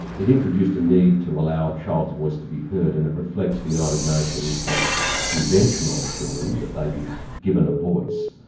it introduced a need to allow a child's voice to be heard, and it reflects the united nations convention on children, that they be given a voice.